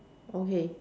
okay